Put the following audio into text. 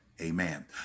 Amen